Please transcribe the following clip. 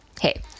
hey